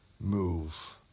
move